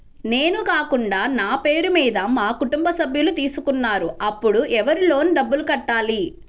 నేను కాకుండా నా పేరు మీద మా కుటుంబ సభ్యులు తీసుకున్నారు అప్పుడు ఎవరు లోన్ డబ్బులు కట్టాలి?